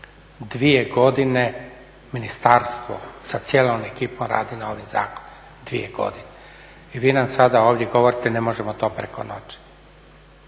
dvije godine ministarstvo sa cijelom ekipom radi na ovim zakonima, dvije godine. I vi nam sada ovdje govorite ne možemo to preko noći.